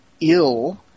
ill